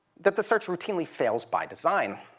that the search routinely fails by design.